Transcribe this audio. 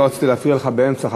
לא רציתי להפריע לך באמצע,